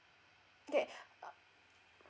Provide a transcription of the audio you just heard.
okay uh